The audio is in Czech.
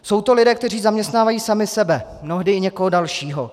Jsou to lidé, kteří zaměstnávají sami sebe, mnohdy i někoho dalšího.